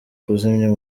kuzimya